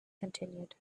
continued